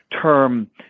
term